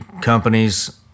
companies